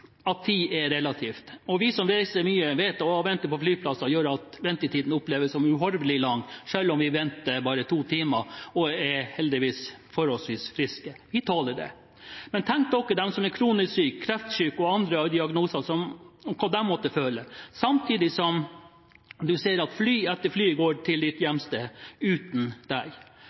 at ventetiden på flyplasser oppleves som uhorvelig lang, selv om vi venter bare to timer og – heldigvis – er forholdsvis friske. Vi tåler det. Men tenk på hva de som er kronisk syke, kreftsyke og med andre diagnoser må føle når de ser at fly etter fly går til hjemstedet uten dem. Vær så godt, benytt ventetiden godt, ditt